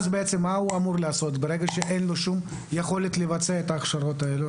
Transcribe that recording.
מה הוא אמור לעשות ברגע שאין לו שום יכולת לבצע את ההכשרות האלה?